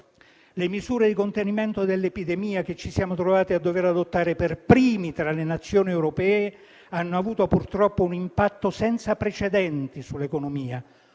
Le misure di contenimento dell'epidemia che ci siamo trovati a dover adottare per primi tra le Nazioni europee hanno avuto, purtroppo, un impatto senza precedenti sull'economia: